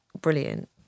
brilliant